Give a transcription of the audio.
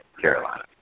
Carolina